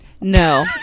No